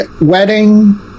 wedding